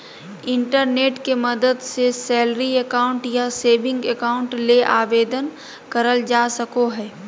internet के मदद से सैलरी अकाउंट या सेविंग अकाउंट ले आवेदन करल जा सको हय